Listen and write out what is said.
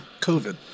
COVID